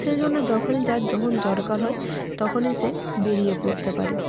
সেই জন্য যখনই যার যখন দরকার হয় তখনই সে বেরিয়ে পড়তে পারে